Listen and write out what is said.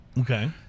Okay